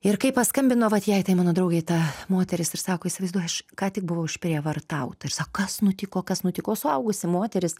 ir kai paskambino vat jei tai mano draugei ta moteris ir sako įsivaizduoji aš ką tik buvau išprievartauta ir sako kas nutiko kas nutiko suaugusi moteris